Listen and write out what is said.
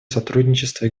сотрудничество